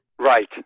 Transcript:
Right